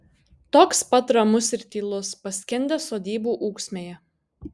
toks pat ramus ir tylus paskendęs sodybų ūksmėje